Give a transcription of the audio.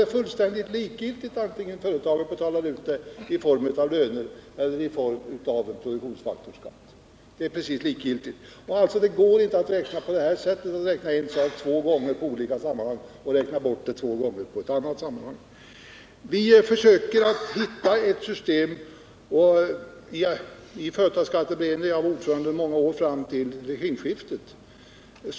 Det är fullständigt likgiltigt om företagen betalar ut beloppen i form av löner eller i form av produktionsfaktorsskatt. Det går inte att räkna på detta sätt — dvs. att räkna in en sak två gånger i ett sammanhang och räkna bort den två gånger i ett annat sammanhang. Jag var som sagt ordförande i företagsskatteberedningen under många år, fram till regimskiftet.